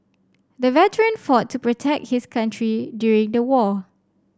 the veteran fought to protect his country during the war